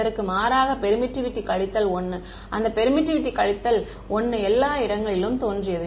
இதற்கு மாறாக பெர்மிட்டிவிட்டி கழித்தல் 1 அந்த பெர்மிட்டிவிட்டி கழித்தல் 1 எல்லா இடங்களிலும் தோன்றியது